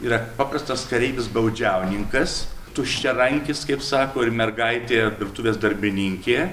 yra paprastas kareivis baudžiauninkas tuščiarankis kaip sako ir mergaitė virtuvės darbininkė